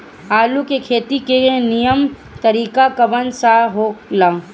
आलू के खेती के नीमन तरीका कवन सा हो ला?